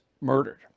murdered